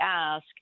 ask